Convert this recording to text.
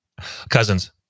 Cousins